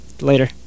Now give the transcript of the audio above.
Later